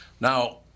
Now